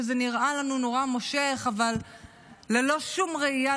שזה נראה לנו נורא מושך אבל ללא שום ראייה